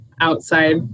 outside